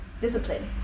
discipline